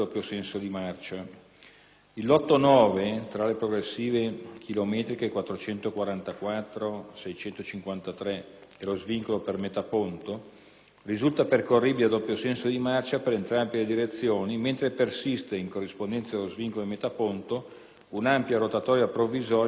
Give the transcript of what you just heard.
Il lotto 9, tra le progressive chilometriche 444-653 e lo svincolo per Metaponto, risulta percorribile a doppio senso di marcia per entrambe le direzioni mentre persiste, in corrispondenza dello svincolo di Metaponto, un'ampia rotatoria provvisoria a doppio senso di marcia.